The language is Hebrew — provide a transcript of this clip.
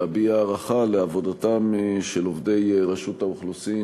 להביע הערכה לעבודתם של עובדי רשות האוכלוסין,